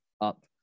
up